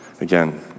again